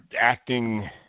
acting